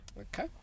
Okay